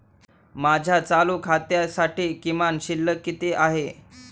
माझ्या चालू खात्यासाठी किमान शिल्लक किती आहे?